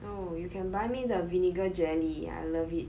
oh you can buy me the vinegar jelly I love it